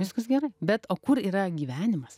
viskas gerai bet o kur yra gyvenimas